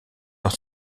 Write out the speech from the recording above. dans